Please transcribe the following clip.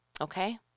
okay